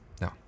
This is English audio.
No